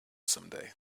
someday